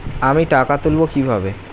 আমি টাকা তুলবো কি ভাবে?